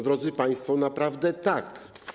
Drodzy państwo, naprawdę tak.